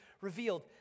revealed